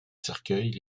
cercueils